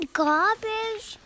garbage